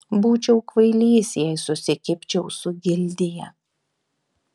būčiau kvailys jei susikibčiau su gildija